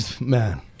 man